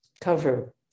cover